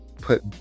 put